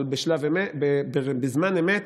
אבל בזמן אמת